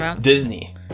Disney